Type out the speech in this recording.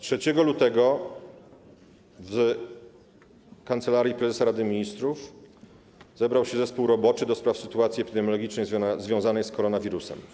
3 lutego w Kancelarii Prezesa Rady Ministrów zebrał się zespół roboczy do spraw sytuacji epidemiologicznej związanej z koronawirusem.